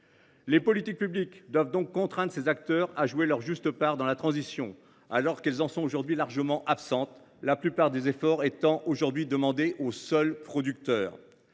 Les politiques publiques doivent donc contraindre ces acteurs à jouer leur juste part dans la transition, alors qu’ils en sont aujourd’hui largement absents, la plupart des efforts étant demandés aux seuls producteurs.